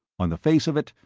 on the face of it,